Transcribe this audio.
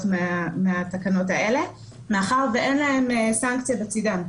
מהתקנות האלה מאחר ואין להן סנקציה בצדן.